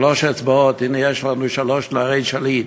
שלוש אצבעות: הנה, יש לנו שלושה נערי שליט.